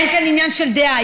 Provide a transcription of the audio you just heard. אין כאן עניין של דעה,